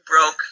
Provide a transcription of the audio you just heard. broke